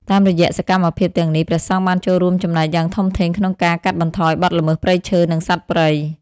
តាមរយៈសកម្មភាពទាំងនេះ ព្រះសង្ឃបានចូលរួមចំណែកយ៉ាងធំធេងក្នុងការកាត់បន្ថយបទល្មើសព្រៃឈើ និងសត្វព្រៃ។